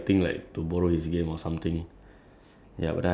ya so that was like unexpected lah because